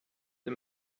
the